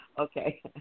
Okay